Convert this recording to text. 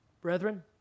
Brethren